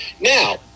Now